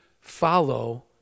follow